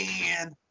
man